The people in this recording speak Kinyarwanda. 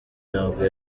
ntabwo